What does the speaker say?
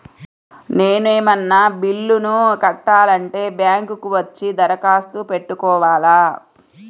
నేను ఏమన్నా బిల్లును కట్టాలి అంటే బ్యాంకు కు వచ్చి దరఖాస్తు పెట్టుకోవాలా?